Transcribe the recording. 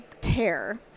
tear